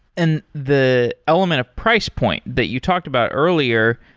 and the element of price point that you talked about earlier,